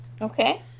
Okay